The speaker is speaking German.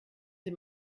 sie